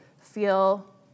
feel